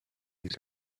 with